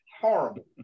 horrible